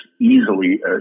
easily